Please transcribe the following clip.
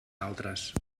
altres